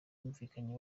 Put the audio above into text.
bumvikanye